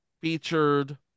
featured